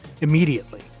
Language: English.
immediately